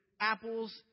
apples